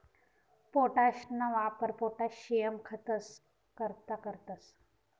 पोटाशना वापर पोटाशियम खतंस करता करतंस